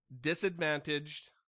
disadvantaged